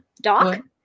Doc